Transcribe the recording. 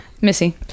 Missy